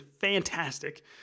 fantastic